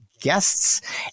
Guests